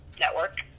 network